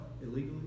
illegally